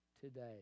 today